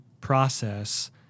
process